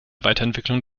weiterentwicklung